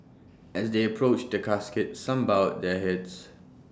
as they approached the casket some bowed their heads